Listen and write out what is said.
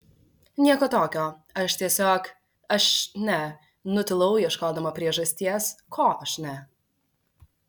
nieko tokio aš tiesiog aš ne nutilau ieškodama priežasties ko aš ne